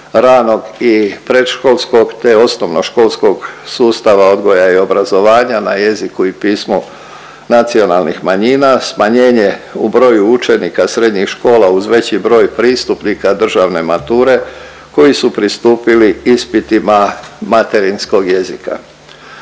ranog i predškolskog, te osnovnoškolskog sustava odgoja i obrazovanja na jeziku i pismu nacionalnih manjina, smanjenje u broju učenika srednjih škola uz veći broj pristupnika državne mature koji su pristupili ispitima materinskog jezika.